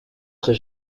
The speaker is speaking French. très